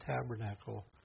tabernacle